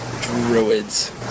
Druids